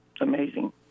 amazing